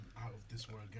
out-of-this-world